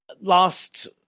last